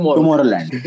Tomorrowland